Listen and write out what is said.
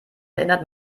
erinnert